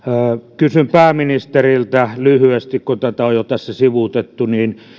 kysyn pääministeriltä lyhyesti kun tätä on jo tässä sivuutettu